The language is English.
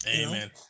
Amen